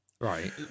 Right